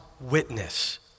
witness